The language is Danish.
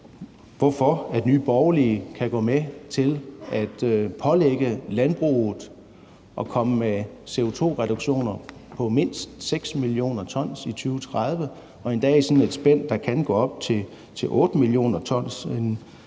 hvorfor Nye Borgerlige kan gå med til at pålægge landbruget at komme med CO2-reduktioner på mindst 6 mio. t inden 2030; endda i et spænd, der kan gå op til 8 mio. t